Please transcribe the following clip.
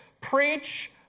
Preach